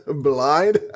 Blind